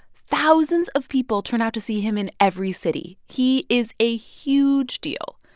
thousands of people turn out to see him in every city. he is a huge deal.